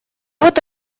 вот